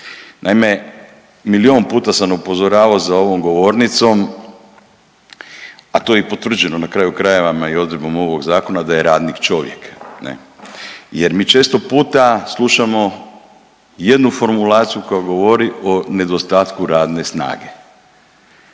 Naime, milijun puta sam upozoravao za ovom govornicom, a to je i potvrđeno na kraju krajeva i odredbom ovog zakona da je radnik čovjek jer mi često puta slušamo jednu formulaciju koja govori o nedostatku radne snage.